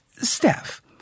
Steph